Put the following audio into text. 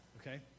okay